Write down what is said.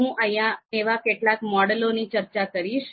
હું અહિયાં એવા કેટલાક મોડેલોની ચર્ચા કરીશ